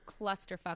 clusterfuck